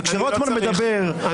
וכשרוטמן מדבר --- תודה רבה.